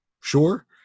Sure